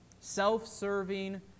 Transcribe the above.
self-serving